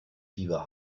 fieber